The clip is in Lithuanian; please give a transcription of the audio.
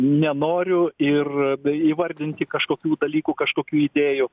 nenoriu ir d įvardinti kažkokių dalykų kažkokių idėjų